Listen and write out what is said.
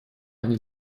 они